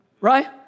Right